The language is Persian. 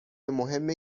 مهم